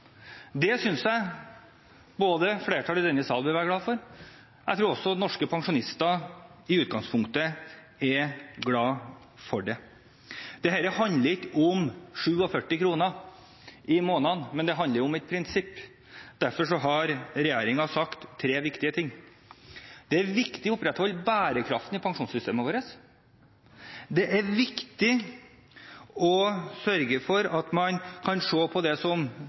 Det synes jeg flertallet i denne sal bør være glad for, og jeg tror også norske pensjonister i utgangspunktet er glade for det. Dette handler ikke om 47 kr i måneden, det handler om et prinsipp. Derfor har regjeringen sagt tre viktige ting: Det er viktig å opprettholde bærekraften i pensjonssystemene våre. Det er viktig å sørge for at man kan se på det som